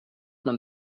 man